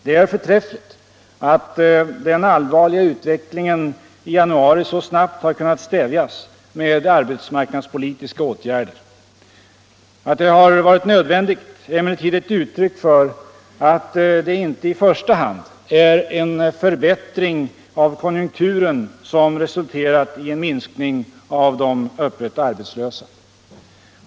Det är förträffligt att den allvarliga utvecklingen i januari så snabbt har kunnat stävjas med arbetsmarknadspolitiska åtgärder. Att det har varit nödvändigt är emellertid ett uttryck för att det inte i första hand är en förbättring av konjunkturen som resulterat i en minskning av de öppet arbetslösa.